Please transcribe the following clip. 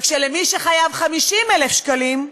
רק שמי שחייב 50,000 שקלים,